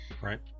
right